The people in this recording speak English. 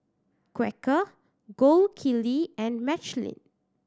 Quaker Gold Kili and Michelin